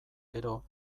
gero